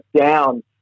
down